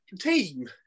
team